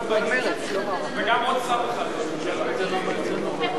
וגם עוד, מי?